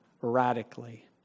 radically